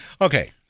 Okay